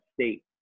state